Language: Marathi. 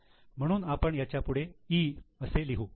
म्हणून आपण याच्यापुढे 'E' असे लिहू